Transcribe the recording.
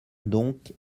donc